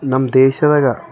ನಮ್ ದೇಶದಾಗ